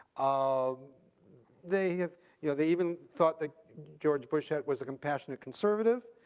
um they have you know they even thought that george bush ah was a compassionate conservative.